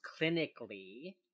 clinically